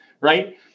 right